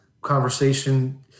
conversation